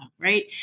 right